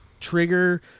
Trigger